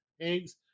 eggs